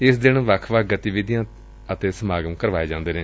ਏਸ ਦਿਨ ਵੱਖ ਵੱਖ ਗਤੀਵਿਧੀਆਂ ਤੇ ਸਮਾਗਮ ਕਰਵਾਏ ਜਾਂਦੇ ਨੇ